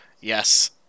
yes